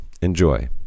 Enjoy